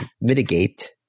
mitigate